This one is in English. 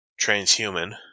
transhuman